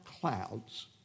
clouds